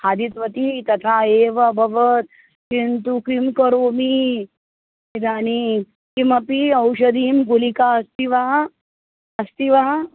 खादितवती तथा एव अभवत् किन्तु किं करोमि इदानीं किमपि ओषधी गुलिका अस्ति वा अस्ति वा